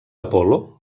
apol·lo